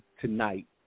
tonight